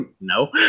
no